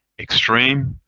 extreme,